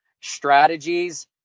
strategies